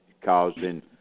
causing